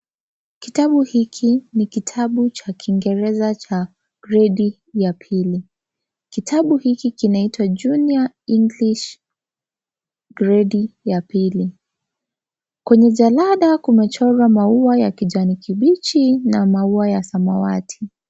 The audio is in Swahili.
Kitabu hiki ni kitabu cha kingereza cha gredi ya pili, kitabu hiki kinaitwa Junior English gredi ya pili . Kwenye jalada kumechorwa maua ya kijani kibichi na maua ya samawati.